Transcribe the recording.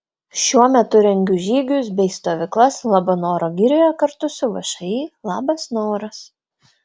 šiuo metu rengiu žygius bei stovyklas labanoro girioje kartu su všį labas noras